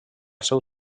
seu